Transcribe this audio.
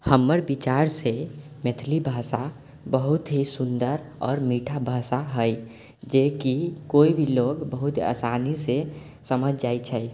हमर विचारसँ मैथिली भाषा बहुत ही सुन्दर आओर मीठा भाषा हइ जेकि कोइ भी लोक बहुत आसानीसँ समझि जाइ छै